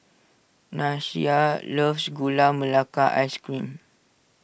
Nyasia loves Gula Melaka Ice Cream